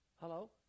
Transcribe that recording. Hello